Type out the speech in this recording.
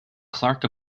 clark